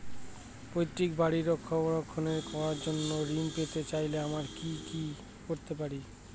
পৈত্রিক বাড়ির রক্ষণাবেক্ষণ করার জন্য ঋণ পেতে চাইলে আমায় কি কী করতে পারি?